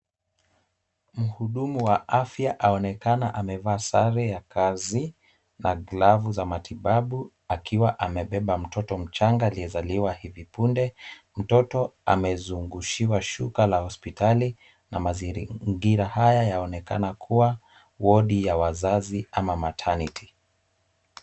Mhudumu wa afya aonekana amevaa sare za kazi na glavu za matibabu akiwa amebeba mtoto mchanga aliyezaliwa hivi punde, mtoto amezungushiwa shuka la hospitali na mazingira haya yaonekana kuwa wodi ya wazazi ama maternity .